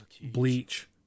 Bleach